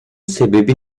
sebebi